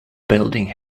building